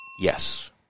Yes